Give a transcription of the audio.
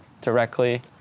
directly